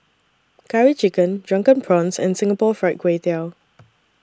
Curry Chicken Drunken Prawns and Singapore Fried Kway Tiao